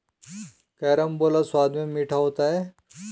carambola स्वाद में मीठा होता है